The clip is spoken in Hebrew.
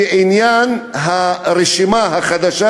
שהרשימה החדשה,